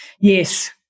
Yes